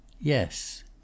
yes